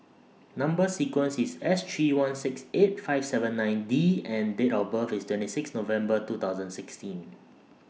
Number sequence IS S three one six eight five seven nine D and Date of birth IS twenty six November two thousand sixteen